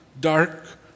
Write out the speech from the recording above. dark